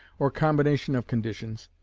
or combination of conditions,